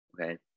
okay